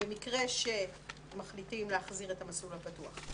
במקרה שמחליטים להחזיר את המסלול הפתוח.